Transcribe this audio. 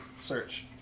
Search